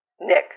Nick